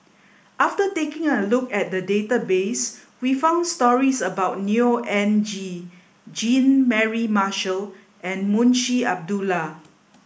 after taking a look at the database we found stories about Neo Anngee Jean Mary Marshall and Munshi Abdullah